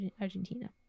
Argentina